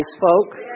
folks